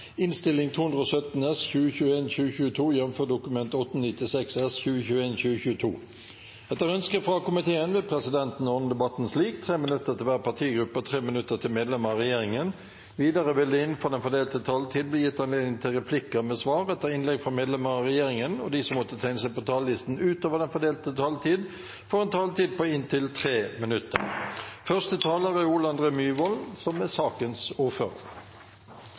minutter til medlemmer av regjeringen. Videre vil det – innenfor den fordelte taletid – bli gitt anledning til replikker med svar etter innlegg fra medlemmer av regjeringen, og de som måtte tegne seg på talerlisten utover den fordelte taletid, får også en taletid på inntil 3 minutter. La meg først få takke komiteen for samarbeidet. Jeg tror de fleste av oss som er